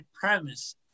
premise